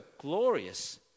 glorious